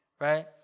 Right